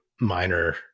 minor